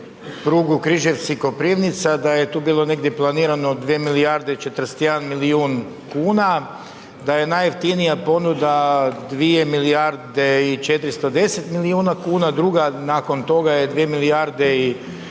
prugu Križevci-Koprivnica da je tu bilo negdje planirano 2 milijarde i 41 milijun kuna, da je najjeftinija ponuda 2 milijarde i 410 milijuna kuna, druga nakon toga je 2 milijarde i